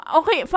okay